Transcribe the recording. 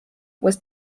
was